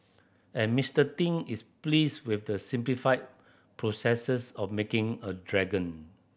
and Mister Ting is pleased with the simplified processes of making a dragon